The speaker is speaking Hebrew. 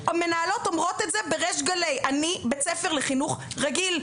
המנהלות אומרות את זה בריש גלי: אני בית ספר לחינוך רגיל,